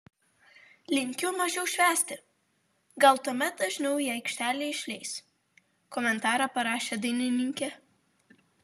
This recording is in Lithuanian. linkiu mažiau švęsti gal tuomet dažniau į aikštelę išleis komentarą parašė dainininkė